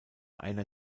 einer